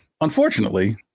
unfortunately